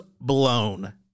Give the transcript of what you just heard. blown